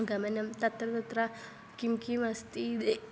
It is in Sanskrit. गमनं तत्र तत्र किं किम् अस्ति ते